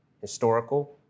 historical